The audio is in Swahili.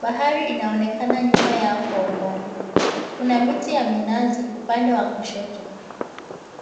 Bahari inaonekana nyuma yao kwa umbali. Kuna miti ya minazi upande wa kushoto.